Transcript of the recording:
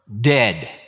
dead